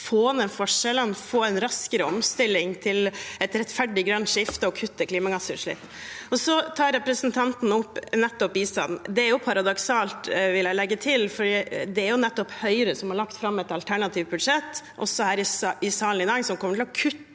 få ned forskjellene, få en raskere omstilling til et rettferdig grønt skifte og kutte klimagassutslipp. Så tar representanten opp nettopp bistand. Det er paradoksalt, vil jeg legge til, for det er nettopp Høyre som har lagt fram et alternativt budsjett her i salen i dag som hadde kommet til å kutte